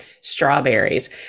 strawberries